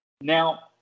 Now